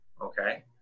okay